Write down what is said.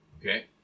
Okay